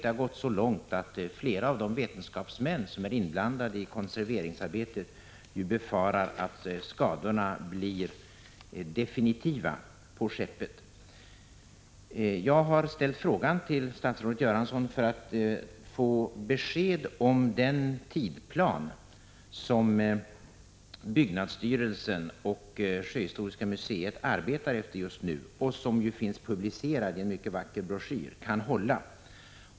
Det har gått så långt att flera av de vetenskapsmän som är inblandade i konserveringsarbetet befarar att skadorna på skeppet blir definitiva. Jag har ställt frågan till statsrådet Göransson för att få besked om den tidplan som byggnadsstyrelsen och Sjöhistoriska museet arbetar efter just nu — och som finns publicerad i en mycket vacker broschyr — kan hålla.